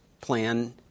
plan